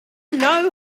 know